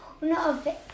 no